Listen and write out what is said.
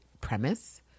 premise